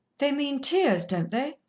they mean tears, don't they?